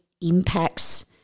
impacts